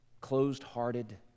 closed-hearted